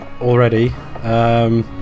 already